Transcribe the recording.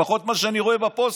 לפחות מה שאני רואה בפוסטים.